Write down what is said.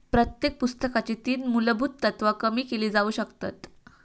प्रत्येक पुस्तकाची तीन मुलभुत तत्त्वा कमी केली जाउ शकतत